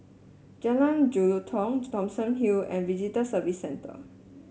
Jalan Jelutong Thomson Hill and Visitor Services Centre